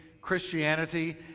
Christianity